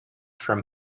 from